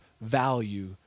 value